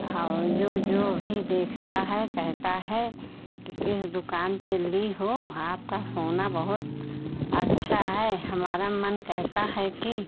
और जो जो भी देखता है कहता है कि किस दुकान पर ली हो आपका सोना बहुत अच्छा है हमारा मन कहता है कि